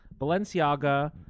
Balenciaga